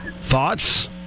thoughts